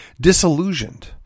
disillusioned